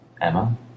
Emma